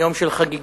יום של חגיגות,